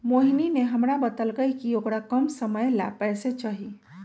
मोहिनी ने हमरा बतल कई कि औकरा कम समय ला पैसे चहि